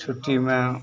छुट्टी में